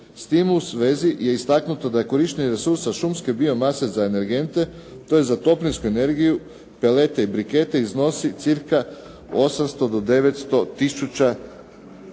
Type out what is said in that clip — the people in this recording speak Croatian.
S tim u svezi je istaknuto da je korištenje za sustav šumske biomase za energente tj. za toplinsku energiju, … /Govornik se ne razumije./… iznosi cca 800 do 900 tisuća